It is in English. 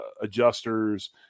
adjusters